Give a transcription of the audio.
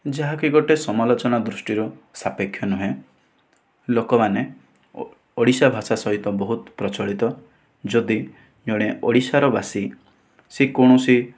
ଯାହାକି ଗୋଟେ ସମାଲୋଚନା ଦୃଷ୍ଟିରୁ ସାପେକ୍ଷ ନୁହେଁ ଲୋକମାନେ ଓଡ଼ିଶା ଭାଷା ସହିତ ବହୁତୁ ପ୍ରଚଳିତ ଯଦି ଜଣେ ଓଡ଼ିଶାର ବାସୀ ସେ କୌଣସି